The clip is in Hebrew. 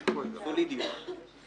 סולידיות.